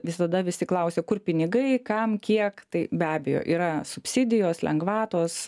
visada visi klausia kur pinigai kam kiek tai be abejo yra subsidijos lengvatos